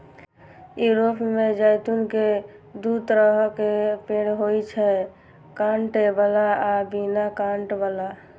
Europe मे जैतून के दू तरहक पेड़ होइ छै, कांट बला आ बिना कांट बला